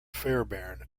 fairbairn